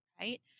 right